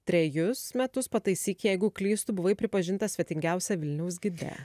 trejus metus pataisyk jeigu klystu buvai pripažinta svetingiausia vilniaus gide